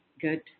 Good